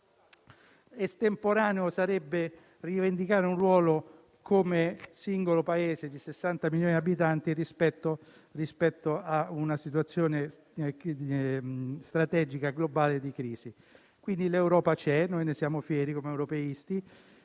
estemporaneo sarebbe rivendicare un ruolo come singolo Paese di 60 milioni di abitanti rispetto a una situazione strategica globale di crisi. L'Europa c'è e noi, come europeisti,